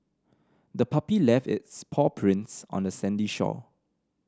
the puppy left its paw prints on the sandy shore